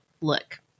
look